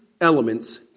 elements